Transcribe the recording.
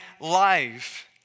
life